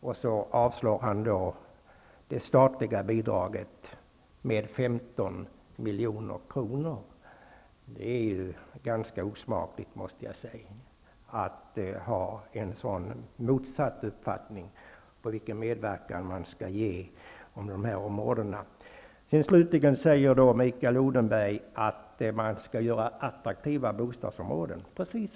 Sedan avslår han det statliga bidraget på 15 milj.kr. Det är ganska osmakligt att ha en så motsatt uppfattning om vilken medverkan man skall bidra med på dessa områden. Slutligen sade Mikael Odenberg att man skall skapa attraktiva bostadområden. Exakt!